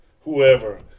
whoever